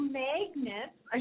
magnets